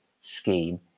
scheme